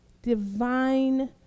divine